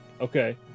Okay